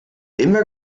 ingwer